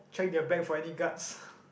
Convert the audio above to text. check their bags finding cards